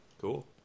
cool